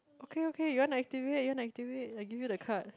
okay okay you want to activate you want to activate I give you the card